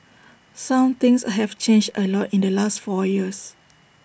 some things have changed A lot in the last four years